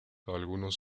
algunos